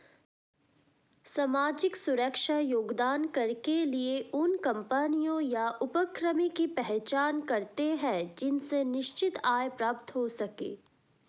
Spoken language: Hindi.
सामाजिक सुरक्षा योगदान कर के लिए उन कम्पनियों या उपक्रमों की पहचान करते हैं जिनसे निश्चित आय प्राप्त हो सके